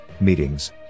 meetings